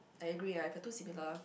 I agree ah if you're too similar